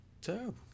Terrible